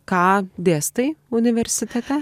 ką dėstai universitete